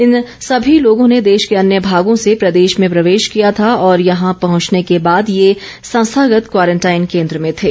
इन सभी लोगों ने देश के अन्य भागों से प्रदेश में प्रवेश किया था और यहां पहंचने के बाद ये संस्थागत क्वारंटीन केंद्र में थे